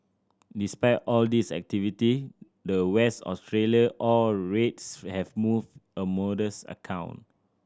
despite all this activity the West Australia ore rates have moved a modest account